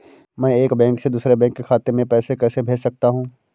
मैं एक बैंक से दूसरे बैंक खाते में पैसे कैसे भेज सकता हूँ?